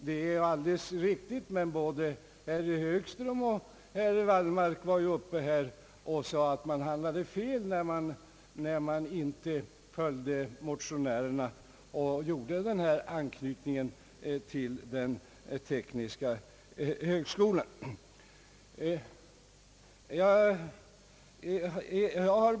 Det är alldeles riktigt, men både herr Högström och herr Wallmark var ju uppe här och sade att man handlade fel när man inte följde motionärerna och anknöt institutet till tekniska högskolan i Stockholm.